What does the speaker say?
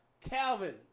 Calvin